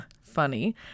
Funny